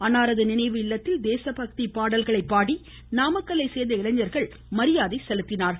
அன்னாரது நினைவு இல்லத்தில் தேசபக்தி பாடல்களை பாடி நாமக்கலை சேர்ந்த இளைஞர்கள் அவருக்கு மரியாதை செலுத்தினார்கள்